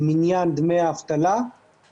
מניין דמי האבטלה,